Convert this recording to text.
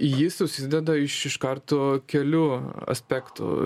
jis susideda iš iš karto kelių aspektų